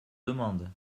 demande